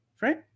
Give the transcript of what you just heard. right